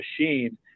machine